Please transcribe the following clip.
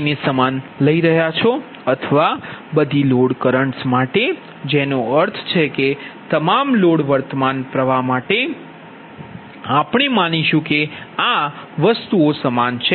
ii સમાન છે અથવા બધી લોડ કરન્ટ્સ માટે જેનો અર્થ છે કે તમામ લોડ વર્તમાન માટે આપણે માનીશું કે આ સમાન છે